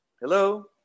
Hello